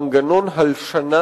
מנגנון הלשנה